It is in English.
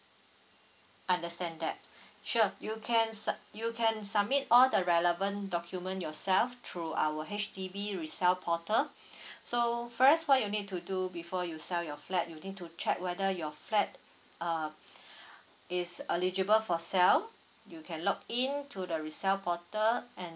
I understand that sure you can sub~ you can submit all the relevant document yourself through our H_D_B resale portal so first what you need to do before you sell your flat you need to check whether your flat uh is eligible for sell you can login to the resale portal and